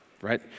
right